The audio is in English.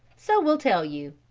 so will tell you.